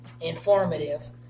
informative